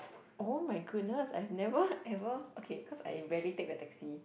oh my goodness I have never ever okay cause I rarely take the taxi